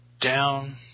down